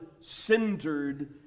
centered